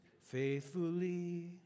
faithfully